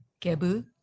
Gebu